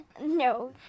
no